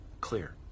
clear